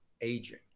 aging